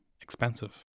expensive